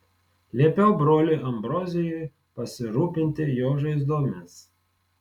liepiau broliui ambrozijui pasirūpinti jo žaizdomis